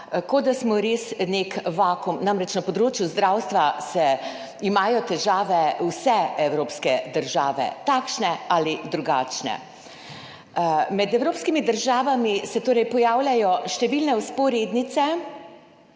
na področju zdravstva se imajo težave vse evropske države, takšne ali drugačne. Med evropskimi državami se torej pojavljajo številne vzporednice